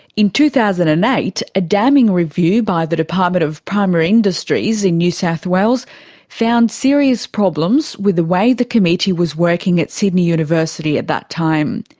in two thousand and eight a damning review by the department of primary industries in new south wales found serious problems with the way the committee was working at sydney university at that time.